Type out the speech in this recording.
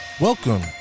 Welcome